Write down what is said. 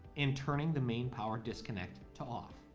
and turning the main power disconnect to off.